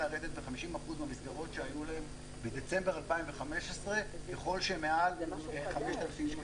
לרדת ב-50% מהמסגרות שהיו להם בדצמבר 2015 ככל שמעל 5,000 שקלים,